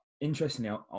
Interestingly